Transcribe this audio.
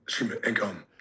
income